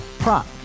Prop